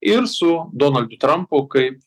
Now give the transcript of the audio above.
ir su donaldu trampu kaip